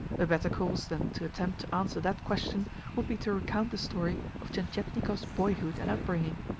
a better course than to attempt to answer that question would be to recount the story of tientietnikov's boyhood and upbringing.